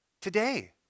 today